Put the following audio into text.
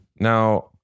Now